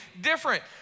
different